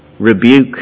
Rebuke